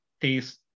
taste